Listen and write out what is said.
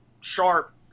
sharp